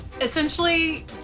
Essentially